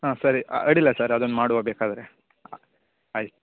ಹಾಂ ಸರಿ ಅಡ್ಡಿಲ್ಲ ಸರ್ ಅದನ್ನು ಮಾಡುವ ಬೇಕಾದರೆ ಆಯ್ತು